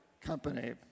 company